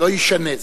לא יישנה?